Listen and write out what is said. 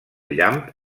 llamp